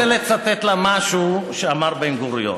אני רוצה לצטט לה משהו שאמר בן-גוריון.